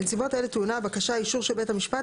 בנסיבות אלה טעונה הבקשה אישור של בית המשפט